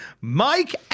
Mike